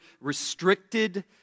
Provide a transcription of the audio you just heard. restricted